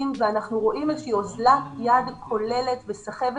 ואנחנו רואים את אוזלת היד הכוללת וסחבת